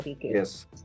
Yes